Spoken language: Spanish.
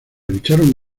lucharon